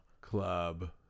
Club